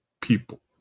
people